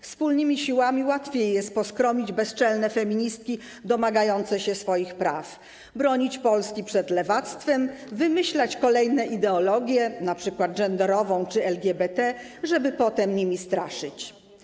Wspólnymi siłami łatwiej jest poskromić bezczelne feministki domagające się swoich praw, bronić Polski przed lewactwem, wymyślać kolejne ideologie, np. genderową czy LGBT, żeby potem nimi straszyć.